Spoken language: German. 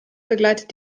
begleitet